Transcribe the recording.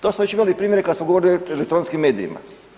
To smo već imali primjere kad smo govorili o elektronskim medijima.